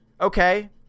Okay